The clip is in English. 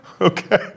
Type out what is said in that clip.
Okay